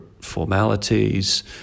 formalities